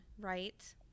right